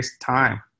time